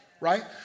right